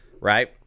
right